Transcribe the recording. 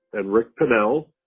and rick pannell.